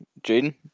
Jaden